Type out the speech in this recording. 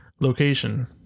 location